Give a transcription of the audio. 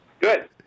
Good